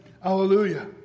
Hallelujah